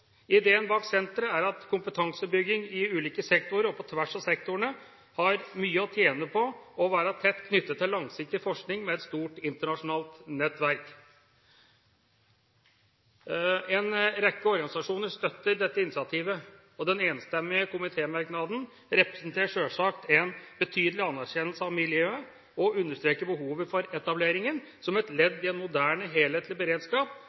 Ideen bak senteret er at kompetansebygging i ulike sektorer og på tvers av sektorene har mye å tjene på å være tett knyttet til langsiktig forskning med et stort internasjonalt nettverk. En rekke organisasjoner støtter dette initiativet. Den enstemmige komitémerknaden representerer sjølsagt en betydelig anerkjennelse av miljøet og understreker behovet for etableringen som et ledd i en moderne, helhetlig beredskap